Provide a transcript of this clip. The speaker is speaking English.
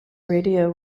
radio